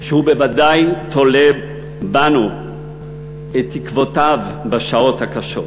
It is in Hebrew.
שהוא בוודאי תולה בנו את תקוותיו בשעות הקשות.